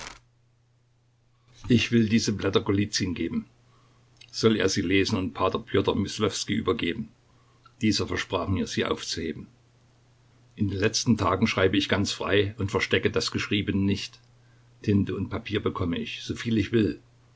ich will diese blätter golizyn geben soll er sie lesen und p pjotr myslowskij übergeben dieser versprach mir sie aufzuheben in den letzten tagen schreibe ich ganz frei und verstecke das geschriebene nicht tinte und papier bekomme ich soviel ich will